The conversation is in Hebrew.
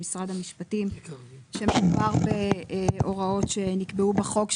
ממשרד המשפטים שמדובר בהוראות שנקבעו בחוק,